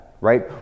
Right